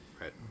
Right